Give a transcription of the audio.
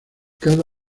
cada